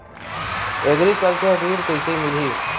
Agriculture ऋण कइसे मिलही?